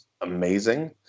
amazing